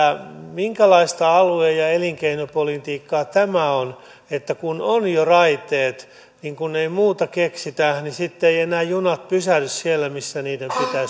minkälaista alue ja elinkeinopolitiikkaa tämä on että kun on jo raiteet niin kun ei muuta keksitä niin sitten eivät enää junat pysähdy siellä missä niiden pitäisi